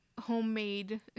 homemade